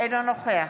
אינו נוכח